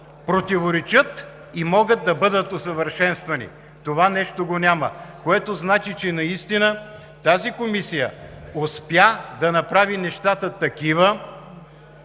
противоречат и могат да бъдат усъвършенствани. Това нещо го няма, което значи, че наистина тази комисия успя да направи нещата такива,